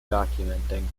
documenting